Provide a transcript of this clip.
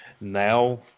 Now